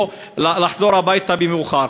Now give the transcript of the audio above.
או לחזור הביתה מאוחר.